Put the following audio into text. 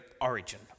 origin